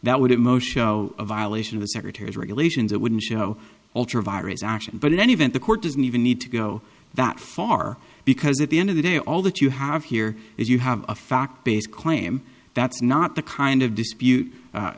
that would it moshe a violation of the secretary's regulations it wouldn't show alter virus action but in any event the court doesn't even need to go that far because at the end of the day all that you have here is you have a fact based claim that's not the kind of